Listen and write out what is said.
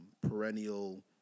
perennial